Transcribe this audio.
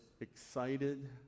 excited